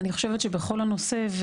אני חושבת שבכל הנושא,